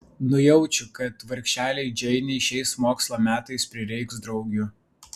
nujaučiu kad vargšelei džeinei šiais mokslo metais prireiks draugių